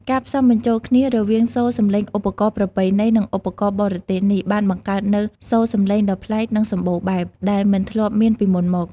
ការផ្សំបញ្ចូលគ្នារវាងសូរសំឡេងឧបករណ៍ប្រពៃណី និងឧបករណ៍បរទេសនេះ បានបង្កើតនូវ សូរសំឡេងដ៏ប្លែក និង សម្បូរបែប ដែលមិនធ្លាប់មានពីមុនមក។